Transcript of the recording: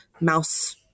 mouse